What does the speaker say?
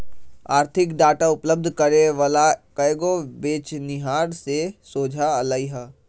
आर्थिक डाटा उपलब्ध करे वला कएगो बेचनिहार से सोझा अलई ह